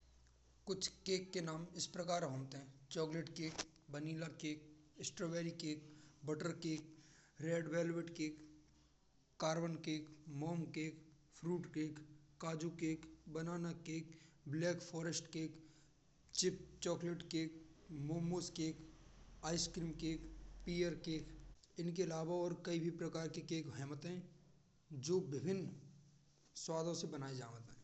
कुछ केक के नाम इस प्रकार होत हैं। Chocolate cake, vanilla cake, strawberry cake, butterscotch cake, red velvet cake, carbon cake, fruits cake, काजू cake. Banana cake, black forest cake, chip chocolate cake, momos cake, ice cream cake, pear cake. इनके अलावा कई अन्य प्रकार के केक भी होवत हैं। जो विविध स्वादों से बनाए जमत हैं।